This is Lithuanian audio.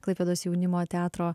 klaipėdos jaunimo teatro